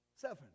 Seven